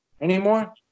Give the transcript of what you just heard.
anymore